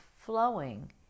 flowing